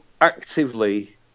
actively